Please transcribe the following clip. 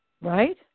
right